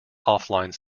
offline